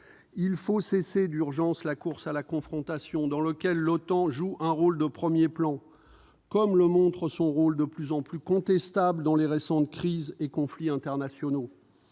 Il faut cesser d'urgence la course à la confrontation dans laquelle l'OTAN joue un rôle de premier plan, comme le montre son action de plus en plus contestable dans les récentes crises et conflits internationaux